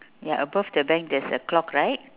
ya above the bank there is a clock right